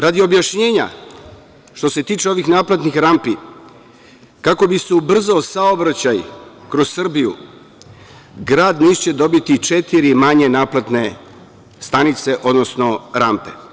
Radi objašnjenja, što se tiče ovih naplatnih rampi kako bi se ubrzao saobraćaj kroz Srbiju grad Niš će dobiti četiri manje naplatne rampe.